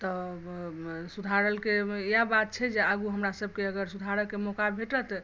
तँ सुधारके इएह बात छै जे आगू हमरा सबकेँ सुधारऽ के मौका भेटत